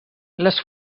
les